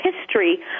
history